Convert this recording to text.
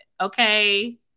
okay